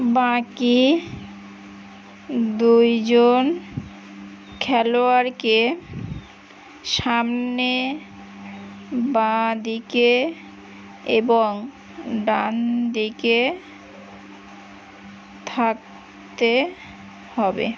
বাকি দুইজন খেলোয়াড়কে সামনে বাঁ দিকে এবং ডান দিকে থাকতে হবে